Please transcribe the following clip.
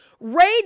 raid